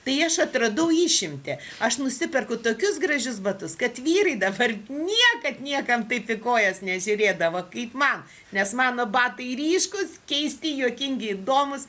tai aš atradau išimtį aš nusiperku tokius gražius batus kad vyrai dabar niekad niekam taip į kojas nežiūrėdavo kaip man nes mano batai ryškūs keisti juokingi įdomūs